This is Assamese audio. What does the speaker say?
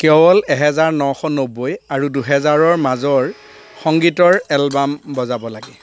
কেৱল এহেজাৰ নশ নব্বৈ আৰু দুহেজাৰৰ মাজৰ সংগীতৰ এলবাম বজাব লাগে